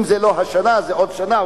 אם זה לא השנה זה עוד שנה,